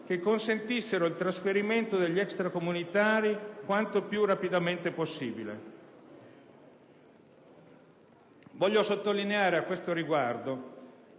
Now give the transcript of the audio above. che consentissero il trasferimento degli extracomunitari quanto più rapidamente possibile. Voglio sottolineare a questo riguardo